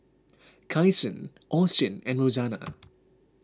Kyson Austin and Rosanna